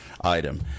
item